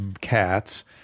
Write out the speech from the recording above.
cats